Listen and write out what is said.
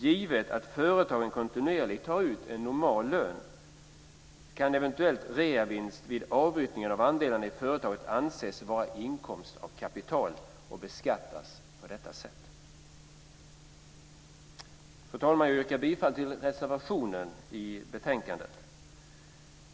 Givet att företagaren kontinuerligt tar ut en normal lön kan eventuell reavinst vid avyttring av andelarna i företaget anses vara inkomst av kapital och beskattas på det sättet. Fru talman! Jag yrkar bifall till reservationen i betänkandet.